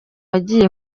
agiye